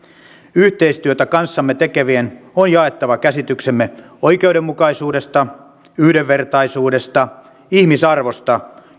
yhteistyötä kanssamme tekevien on jaettava käsityksemme oikeudenmukaisuudesta yhdenvertaisuudesta ihmisarvosta